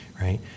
right